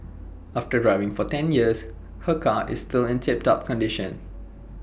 after driving for ten years her car is still in tip top condition